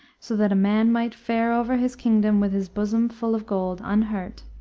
so that a man might fare over his kingdom with his bosom full of gold unhurt.